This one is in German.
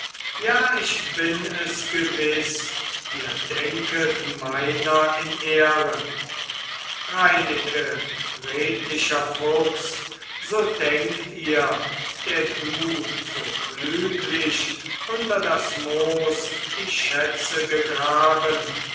ja ich bin es gewiß ihr denket meiner in ehren reineke redlicher fuchs so denkt ihr der du so klüglich unter das moos die schätze gegraben